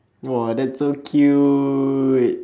!whoa! that's so cute